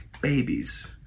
babies